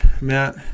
Matt